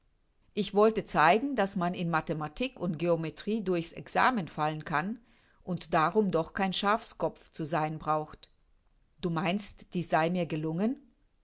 ich wollte zeigen daß man in mathematik und geometrie durch's examen fallen kann und darum doch kein schafskopf zu sein braucht du meinst dieß sei mir gelungen